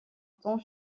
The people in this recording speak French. temps